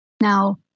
Now